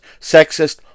sexist